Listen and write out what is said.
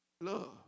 Love